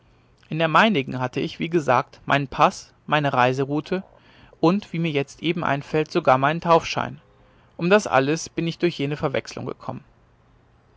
in der meinigen hatte ich wie gesagt meinen paß meine reiseroute und wie mir jetzt eben einfällt sogar meinen taufschein um das alles bin ich durch jene verwechslung gekommen